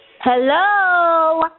Hello